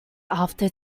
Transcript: after